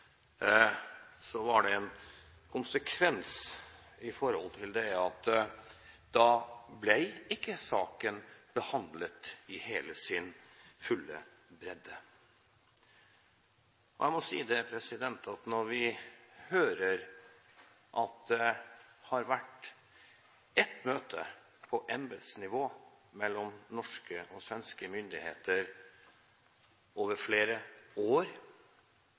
så var det en konsekvens at da ble ikke saken behandlet i sin fulle bredde. Jeg må si at når vi hører at det har vært ett møte på embetsnivå mellom norske og svenske myndigheter over flere år,